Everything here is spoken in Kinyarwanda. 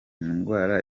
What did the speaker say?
ndwara